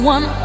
One